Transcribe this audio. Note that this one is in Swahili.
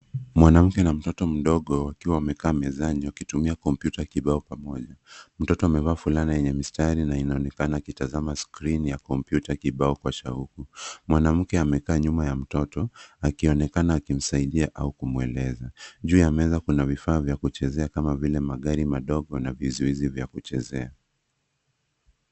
Mwanamke na mtoto mdogo wakiwa wamekaa mezani wakitumia kompyuta kibao pamoja. Mtoto amevaa fulana yenye mistari na inaonekana akitazama skrini ya kompyuta kibao kwa shauku. Mwanamke amekaa nyuma ya mtoto, akionekana akimsaidia au kumueleza. Juu ya meza kuna vifaa vya kuchezea kama vile magari madogo na vizuizi vya kuchezea.